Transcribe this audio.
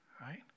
right